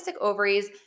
ovaries